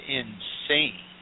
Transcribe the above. insane